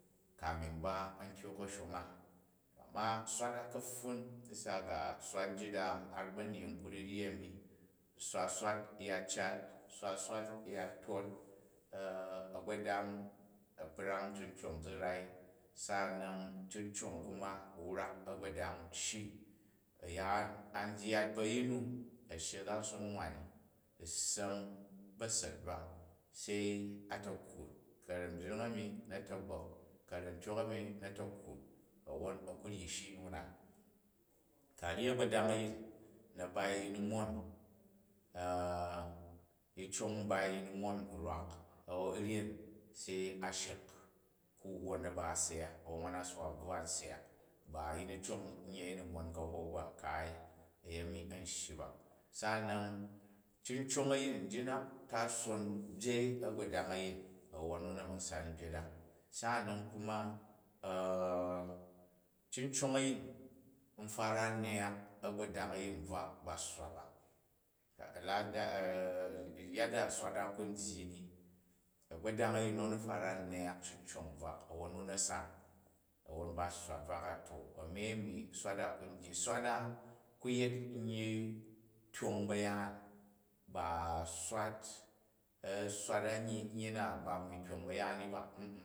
Kamin ba a̱ntyok a̱shong a amma swat a ka̱ptan bisa ga̱ swat njita har ba̱nyying kuvu̱ ugi a̱mi zu swat swat ya cat, u swat swat ya tot ggbodang, a̱ brang cicong ji zi vai saanan cicong kuma a̱ wraka̱gbodang shii. A̱yaan, an dyat bu a̱rying nu a̱ shyi a̱nzanson nwan ni a ssa̱ng ba̱sa̱t ba, se a takwat, ku a̱ra̱mibgring a̱mi na̱ ta̱gbok, ku arantyok a̱mi na̱ ta̱kwut a̱woon, a kur ryi shii nu na. Ku a vyi a̱gbodang a̱yin na̱ bai yi ni mon yi cong bai yi ni mon kurrak a ryan, se a shek u̱ ku wwon na ba a syak wwon nwan a si wa bvwa n syak, ba yai ni cong a̱nye yi ni mon ka̱hok ba kaai a̱yeni a̱n shyi ba. Saanan cincong a̱yin nji na tason byeri agbodang a̱yin anwon ma, na̱ ma̱ san, byet a̱ saanan kuma caicong n fara nyak a̱gbodang ayin bvak ba sswa ba a̱lada, yuda swat a ku n dyi in, a̱gbodang nu a̱ni fara nyak cincong brak a̱won nu na san a̱wwon ba sswa bvak a. To a̱mi a̱mi swat a ku n dyi, swat a ku yet nyyi tyong aba̱yhan ba swat, swat a nyyi na ba wui tijong ba̱yaai ni ba.